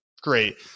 great